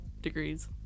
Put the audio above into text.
degrees